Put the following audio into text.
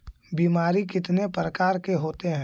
बीमारी कितने प्रकार के होते हैं?